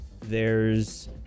there's-